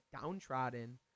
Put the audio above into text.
downtrodden